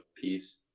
peace